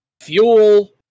fuel